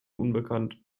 unbekannt